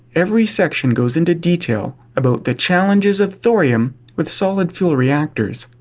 every section goes into detail about the challenges of thorium with solid fuel reactors,